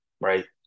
right